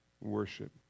Worship